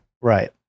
Right